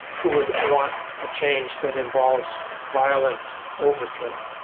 who would want a change that involves violent overthrow.